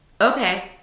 okay